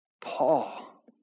Paul